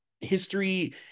history